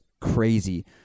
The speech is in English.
crazy